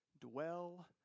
dwell